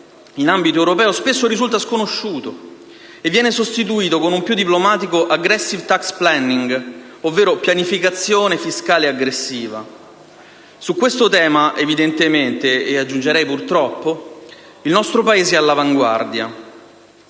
in ambito europeo spesso risulta sconosciuto e viene sostituito con un più diplomatico *aggressive tax planning*, ovvero pianificazione fiscale aggressiva. Su questo tema, evidentemente - e aggiungerei purtroppo - il nostro Paese è all'avanguardia.